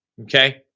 Okay